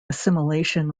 assimilation